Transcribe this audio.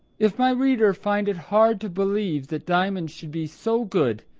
if my reader find it hard to believe that diamond should be so good,